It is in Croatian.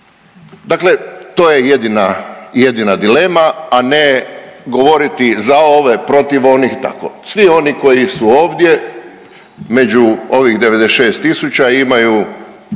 Dakle, to je jedina, jedina dilema, a ne govoriti za ove protiv onih i tako. Svi oni koji su ovdje među ovih 96 tisuća imaju